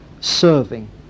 serving